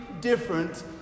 different